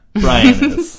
Brian